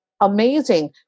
amazing